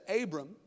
Abram